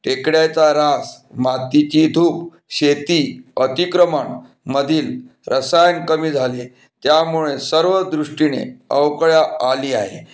टेकड्याचा ऱ्हास मातीची धूप शेती अतिक्रमणमधील रसायन कमी झाले त्यामुळे सर्व दृष्टीने अवकळा आली आहे